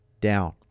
down